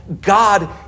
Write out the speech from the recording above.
God